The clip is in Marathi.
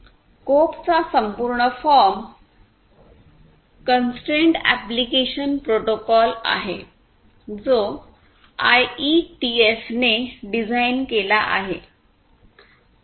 CoAP चा संपूर्ण फॉर्म कॉन्स्ट्रेन्ड एप्लीकेशन प्रोटोकॉल आहे जो आयईटीएफने डिझाइन केला आहे